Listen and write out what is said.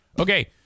Okay